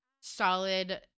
solid